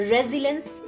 Resilience